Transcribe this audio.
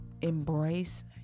Embrace